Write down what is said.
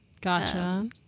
Gotcha